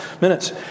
minutes